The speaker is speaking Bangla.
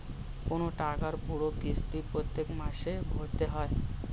কোন টাকার পুরো কিস্তি প্রত্যেক মাসে ভরতে হয়